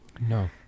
No